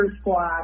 squad